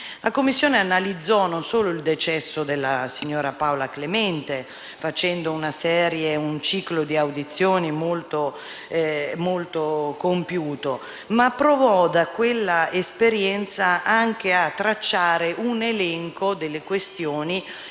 La Commissione non si limitò ad analizzare il decesso della signora Paola Clemente, svolgendo un ciclo di audizioni molto compiuto, ma provò, da quella esperienza, anche a tracciare un elenco delle questioni